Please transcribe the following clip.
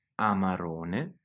Amarone